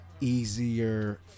easier